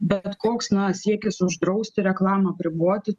bet koks na siekis uždrausti reklamą riboti